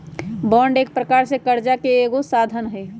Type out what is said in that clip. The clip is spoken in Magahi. बॉन्ड एक प्रकार से करजा के एगो साधन हइ